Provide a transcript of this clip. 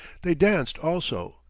they danced also,